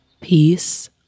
peace